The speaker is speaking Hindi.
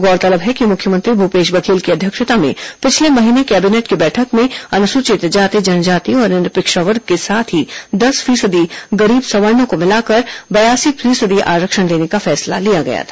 गौरतलब है कि मुख्यमंत्री भूपेश बघेल की अध्यक्षता में पिछले महीने कैबिनेट की बैठक में अनुसूचित जाति जनजाति और अन्य पिछड़ा वर्ग के साथ ही दस फीसदी गरीब सवर्णों को मिलाकर बयासी फीसदी आरक्षण देने का फैसला लिया गया था